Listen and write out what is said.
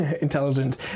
intelligent